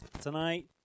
tonight